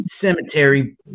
cemetery